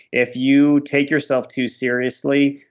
if you take yourself too seriously,